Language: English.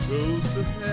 Joseph